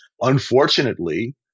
Unfortunately